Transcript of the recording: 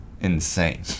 insane